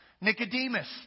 Nicodemus